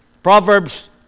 Proverbs